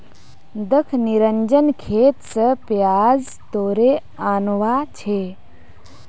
दख निरंजन खेत स प्याज तोड़े आनवा छै